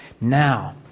Now